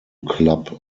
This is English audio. club